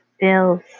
bills